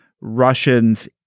Russians